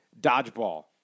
dodgeball